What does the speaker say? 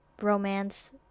romance